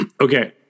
okay